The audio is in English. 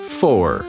four